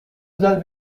özel